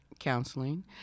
counseling